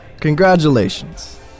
congratulations